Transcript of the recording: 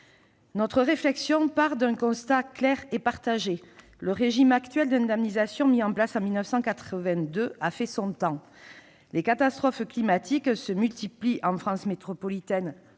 Notre réflexion part d'un constat clair et partagé : le régime actuel d'indemnisation mis en place en 1982 a fait son temps. Les catastrophes climatiques se multiplient en France métropolitaine